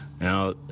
Now